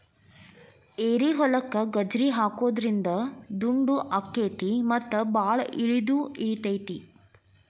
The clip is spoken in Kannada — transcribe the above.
ಏರಿಹೊಲಕ್ಕ ಗಜ್ರಿ ಹಾಕುದ್ರಿಂದ ದುಂಡು ಅಕೈತಿ ಮತ್ತ ಬಾಳ ಇಳದು ಇಳಿತೈತಿ